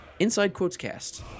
InsideQuotesCast